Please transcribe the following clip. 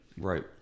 Right